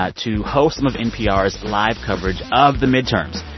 ah to host some of npr's live coverage of the midterms.